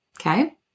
okay